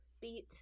beat